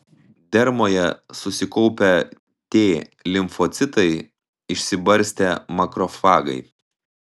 dermoje susikaupę t limfocitai išsibarstę makrofagai